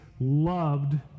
loved